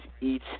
eat